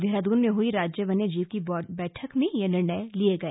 देहरादून में हुई राज्य वन्य जीव बोर्ड की बैठक में यह निर्णय लिये गए